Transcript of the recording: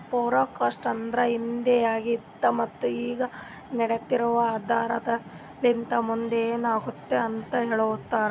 forecast ಅಂದುರ್ ಹಿಂದೆ ಆಗಿದ್ ಮತ್ತ ಈಗ ನಡಿತಿರದ್ ಆದರಲಿಂತ್ ಮುಂದ್ ಏನ್ ಆತ್ತುದ ಅಂತ್ ಹೇಳ್ತದ